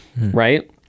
right